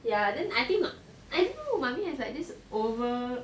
ya then I think I don't know mummy has this over